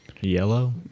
Yellow